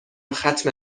ختم